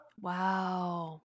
Wow